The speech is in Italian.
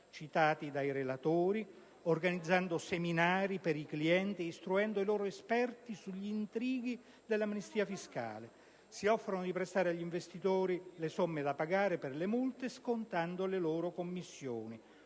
citati dai relatori, organizzando seminari per i clienti e istruendo i loro esperti sugli intrighi dell'amnistia fiscale. Si offrono di prestare agli investitori le somme da pagare per le multe scontando le loro commissioni.